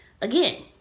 again